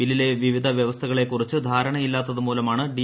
ബില്ലിലെ വിവിട്ടു വ്യ്യവസ്ഥകളെക്കുറിച്ച് ധാരണയില്ലാത്തത് മൂലമാണ് ഡി